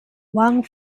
wang